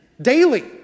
daily